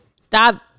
Stop